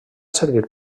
servir